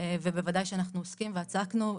ובוודאי שאנחנו עוסקים ועסקנו,